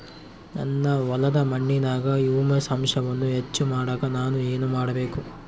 ನನ್ನ ಹೊಲದ ಮಣ್ಣಿನಾಗ ಹ್ಯೂಮಸ್ ಅಂಶವನ್ನ ಹೆಚ್ಚು ಮಾಡಾಕ ನಾನು ಏನು ಮಾಡಬೇಕು?